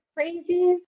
crazies